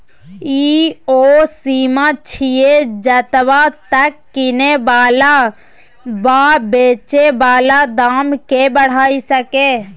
ई ओ सीमा छिये जतबा तक किने बला वा बेचे बला दाम केय बढ़ाई सकेए